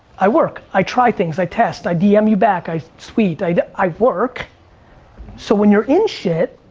i work. i try things, i test, i dm you back, i tweet. i i work so when you're in shit,